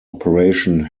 operation